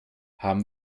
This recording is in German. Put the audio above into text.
haben